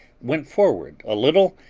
went forward a little,